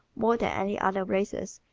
more than any other races,